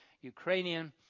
Ukrainian